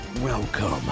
Welcome